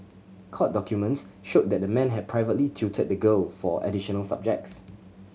court documents showed that the man had privately tutored the girl for additional subjects